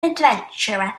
adventurer